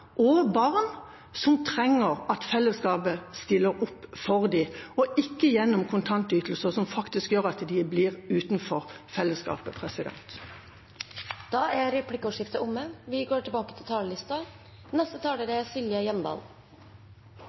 og barn som trenger at fellesskapet stiller opp for dem, og ikke gjennom kontantytelser, som faktisk gjør at de blir stående utenfor fellesskapet. Replikkordskiftet er omme.